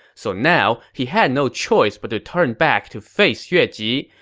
so now, he had no choice but to turn back to face yue ji,